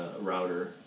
router